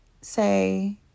say